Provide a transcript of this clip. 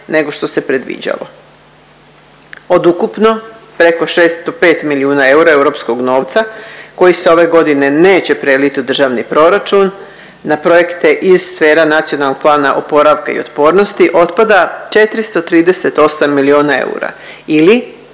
nego što se predviđalo od ukupno preko 605 milijuna eura europskog novca koji se ove godine neće preliti u državni proračun. Na projekte iz sfera Nacionalnog plana oporavka i otpornosti otpada 438 milijuna eura ili